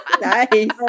Nice